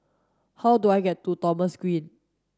how do I get to Thomson Green